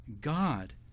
God